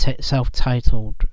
self-titled